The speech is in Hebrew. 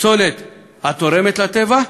פסולת התורמת לטבע,